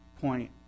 point